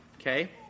okay